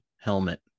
helmet